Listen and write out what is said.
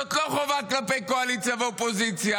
זאת לא חובה כלפי קואליציה ואופוזיציה,